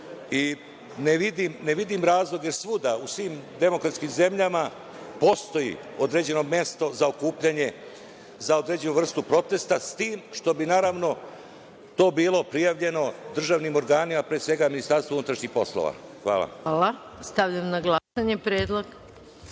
i ne vidim razlog, jer svuda u svim demokratskim zemljama, postoji određeno mesto za okupljanje za određenu vrstu protesta, s tim što bi naravno to bilo prijavljeno državnim organima, pre svega MUP. Hvala. **Maja Gojković** Hvala. Stavljam predlog